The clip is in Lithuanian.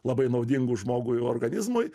labai naudingu žmogui organizmui